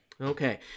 Okay